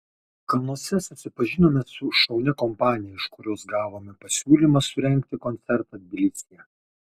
kalnuose susipažinome su šaunia kompanija iš kurios gavome pasiūlymą surengti koncertą tbilisyje